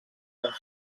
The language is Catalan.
bosc